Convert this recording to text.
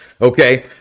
Okay